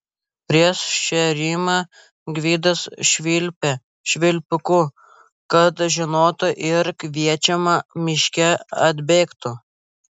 prieš šėrimą gvidas švilpė švilpuku kad žinotų ir kviečiama miške atbėgtų